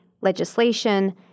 legislation